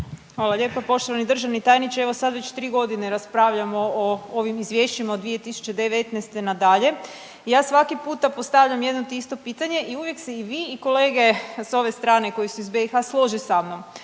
Hvala lijepo. Poštovani državni tajniče evo sad već 3 godine raspravljamo o ovim izvješćima od 2019. nadalje i ja svaki puta postavljam jedno te isto pitanje i uvijek se i vi i kolege s ove strane koji su iz BiH slože sa mnom,